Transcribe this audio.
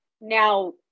Now